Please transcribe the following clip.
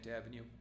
Avenue